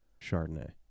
Chardonnay